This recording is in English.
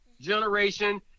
generation